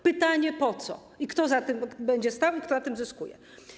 Pytanie, po co i kto za tym będzie stał i kto na tym zyskuje.